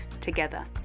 together